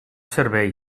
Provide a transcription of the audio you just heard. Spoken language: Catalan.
servei